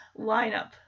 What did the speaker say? lineup